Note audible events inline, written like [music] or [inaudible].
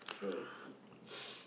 okay [noise]